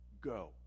go